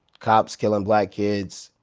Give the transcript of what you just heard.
cops killing black kids,